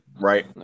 right